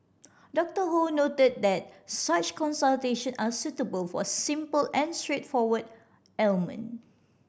Doctor Ho noted that such consultation are suitable for simple and straightforward ailment